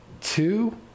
two